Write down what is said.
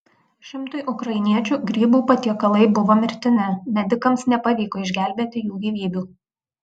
šimtui ukrainiečių grybų patiekalai buvo mirtini medikams nepavyko išgelbėti jų gyvybių